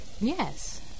yes